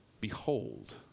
behold